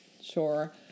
Sure